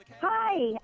Hi